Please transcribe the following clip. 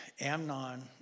Amnon